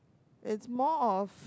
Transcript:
it's more of